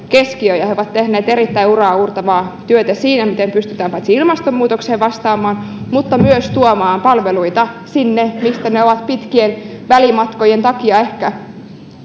keskiöön ja he ovat tehneet erittäin uraauurtavaa työtä siinä miten pystytään paitsi ilmastonmuutokseen vastaamaan mutta myös tuomaan palveluita sinne mistä ne on pit kien välimatkojen takia ehkä